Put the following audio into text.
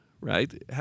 Right